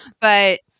But-